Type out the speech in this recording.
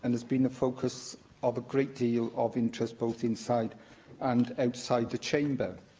and has been the focus of a great deal of interest both inside and outside the chamber.